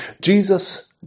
Jesus